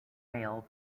male